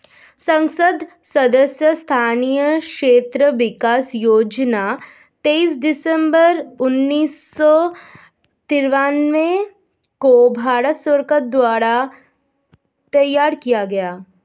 संसद सदस्य स्थानीय क्षेत्र विकास योजना तेईस दिसंबर उन्नीस सौ तिरान्बे को भारत सरकार द्वारा तैयार किया गया